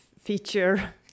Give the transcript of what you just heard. feature